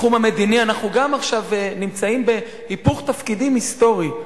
בתחום המדיני אנחנו גם עכשיו נמצאים בהיפוך תפקידים היסטורי.